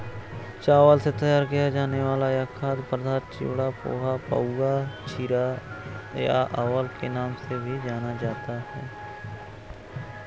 चावल से तैयार किया जाने वाला यह खाद्य पदार्थ चिवड़ा, पोहा, पाउवा, चिरा या अवल के नाम से भी जाना जाता है